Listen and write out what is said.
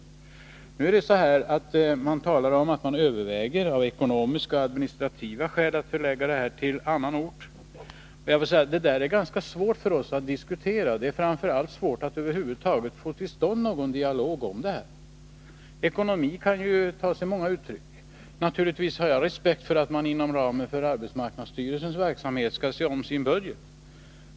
” Det talas om ätt länsarbetsnämnden av ekonomiska och administrativa skäl överväger att förlägga fordonsförarutbildning även till annan ort. Det är ganska svårt för oss att diskutera den frågan, och framför allt är det svårt att över huvud taget få till stånd någon dialog. De ekonomiska frågorna kan ju ta sig många uttryck. Jag har naturligtvis respekt för att man inom ramen för arbetsmarknadsstyrelsens verksamhet skall se om sin budget.